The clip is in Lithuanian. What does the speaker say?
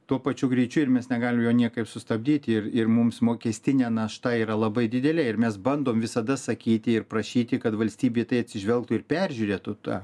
tuo pačiu greičiu ir mes negalime jo niekaip sustabdyti ir ir mums mokestinė našta yra labai didelė ir mes bandom visada sakyti ir prašyti kad valstybė į tai atsižvelgtų ir peržiūrėtų tą